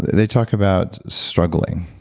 they talk about struggling,